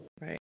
right